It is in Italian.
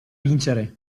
vincere